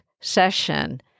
session